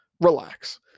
relax